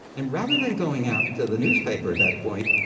and rather than going out to the newspaper at that point,